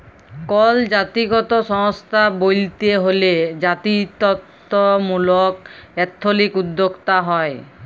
call জাতিগত সংস্থা ব্যইলতে হ্যলে জাতিত্ত্বমূলক এথলিক উদ্যোক্তা হ্যয়